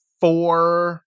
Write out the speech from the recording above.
four